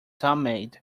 homemade